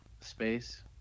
Space